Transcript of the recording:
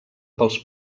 pels